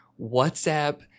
WhatsApp